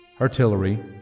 artillery